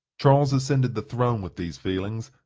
charles ascended the throne with these feelings,